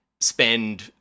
spend